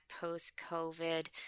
post-COVID